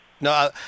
No